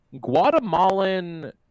Guatemalan